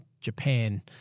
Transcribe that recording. Japan –